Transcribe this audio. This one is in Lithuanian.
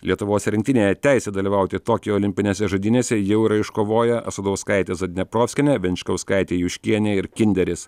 lietuvos rinktinėje teisę dalyvauti tokijo olimpinėse žaidynėse jau yra iškovoję asadauskaitė zadneprovskienė venčkauskaitė juškienė ir kinderis